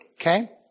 Okay